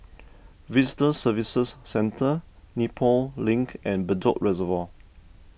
Visitor Services Centre Nepal Link and Bedok Reservoir